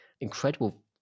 incredible